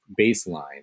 baseline